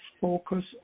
focus